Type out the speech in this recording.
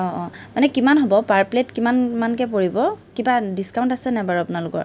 অঁ অঁ মানে কিমান হ'ব পাৰ প্লেট কিমান মানকৈ পৰিব কিবা ডিছকাউণ্ট আছে নাই বাৰু আপোনালোকৰ